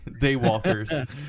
daywalkers